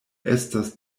estas